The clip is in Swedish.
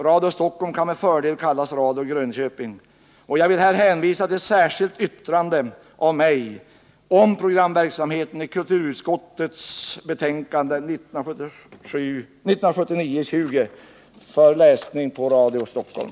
Radio Stockholm kan med fördel kallas Radio Grönköping. Jag vill här hänvisa till ett särskilt yttrande av mig om programverksamheten i kulturutskottets betänkande 1978/79:20 för läsning på Radio Stockholm.